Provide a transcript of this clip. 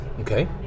okay